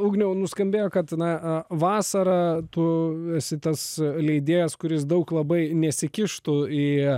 ugniau nuskambėjo kad na vasarą tu esi tas leidėjas kuris daug labai nesikištų į